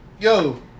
Yo